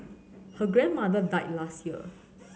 her grandmother died last year